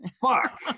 Fuck